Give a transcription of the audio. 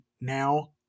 now